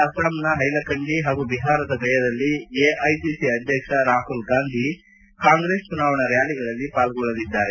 ಅಸ್ಸಾಂನ ಪೈಲಾಕಂಡಿ ಹಾಗೂ ಬಿಹಾರದ ಗಯಾದಲ್ಲಿ ಎಐಸಿಸಿ ಅಧ್ಯಕ್ಷ ರಾಹುಲ್ ಗಾಂಧಿ ಕಾಂಗ್ರೆಸ್ ಚುನಾವಣಾ ರ್್ಾಲಿಗಳಲ್ಲಿ ಪಾಲ್ಗೊಳ್ಳಲಿದ್ದಾರೆ